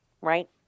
Right